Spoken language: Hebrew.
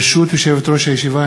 ברשות יושבת-ראש הישיבה,